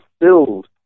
filled